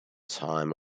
time